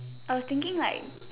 I was thinking like